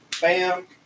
Bam